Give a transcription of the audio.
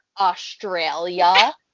Australia